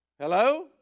Hello